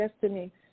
destiny